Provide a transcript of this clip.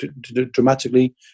dramatically